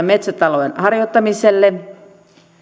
metsätalouden harjoittamiselle